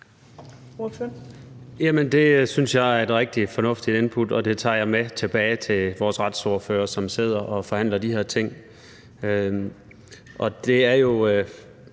det synes jeg er et rigtig fornuftigt input, og det tager jeg med tilbage til vores retsordfører, som sidder og forhandler de her ting.